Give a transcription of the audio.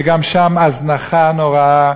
וגם שם ההזנחה נוראה.